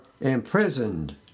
imprisoned